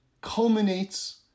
culminates